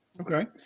okay